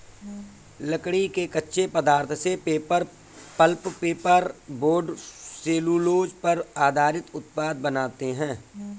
लकड़ी के कच्चे पदार्थ से paper, pulp, paper board, cellulose पर आधारित उत्पाद बनाते हैं